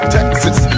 Texas